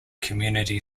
community